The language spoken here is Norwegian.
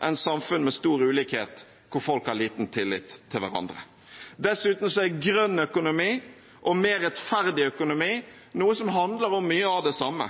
enn samfunn med stor ulikhet der folk har liten tillit til hverandre. Dessuten handler grønn økonomi og mer rettferdig økonomi om mye av det samme.